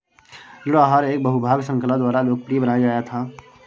ऋण आहार एक बहु भाग श्रृंखला द्वारा लोकप्रिय बनाया गया था